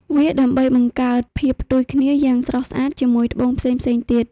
វាដើម្បីបង្កើតភាពផ្ទុយគ្នាយ៉ាងស្រស់ស្អាតជាមួយត្បូងផ្សេងៗទៀត។